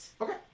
Okay